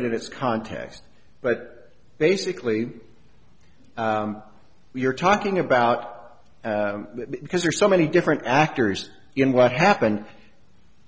it in its context but basically you're talking about because for so many different actors in what happened